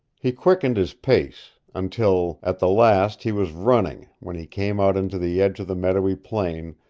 he quickened his pace, until at the last he was running when he came out into the edge of the meadowy plain,